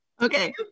Okay